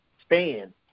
span